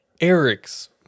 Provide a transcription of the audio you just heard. Eric's